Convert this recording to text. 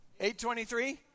823